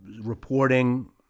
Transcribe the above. reporting